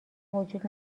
وجود